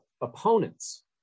opponents